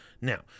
Now